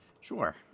Sure